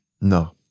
No